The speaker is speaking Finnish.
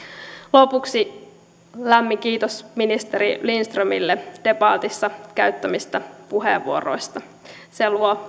lopuksi lämmin kiitos ministeri lindströmille debatissa käyttämistään puheenvuoroista se luo